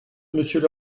monsieur